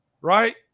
right